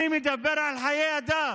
אני מדבר על חיי אדם,